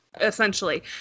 Essentially